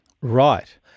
Right